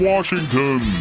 Washington